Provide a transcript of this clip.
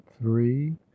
three